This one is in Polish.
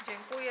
Dziękuję.